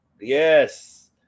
yes